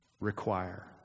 require